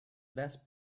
best